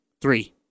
Three